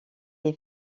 est